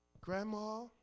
Grandma